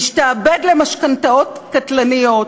להשתעבד למשכנתאות קטלניות,